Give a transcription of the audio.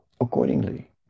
accordingly